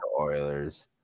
Oilers